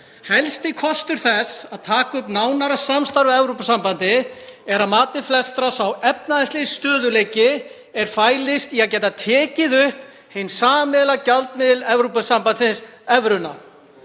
„Helsti kostur þess að taka upp nánara samstarf við Evrópusambandið er að mati flestra sá efnahagslegi stöðugleiki er fælist í að geta tekið upp hinn sameiginlega gjaldmiðil Evrópusambandsins, evruna.“